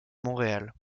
montréal